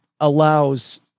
allows